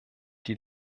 die